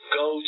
go